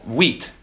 wheat